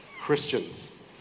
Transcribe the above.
Christians